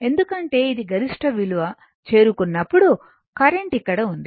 ఎందుకంటే ఇది గరిష్ట విలువ చేరుకున్నప్పుడు కరెంట్ ఇక్కడ ఉంది